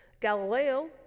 Galileo